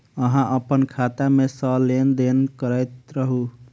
अहाँ अप्पन खाता मे सँ लेन देन करैत रहू?